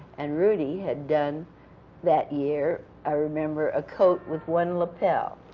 and rudi had done that year, i remember, a coat with one lapel,